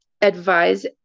advise